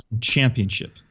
Championship